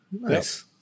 Nice